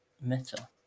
meta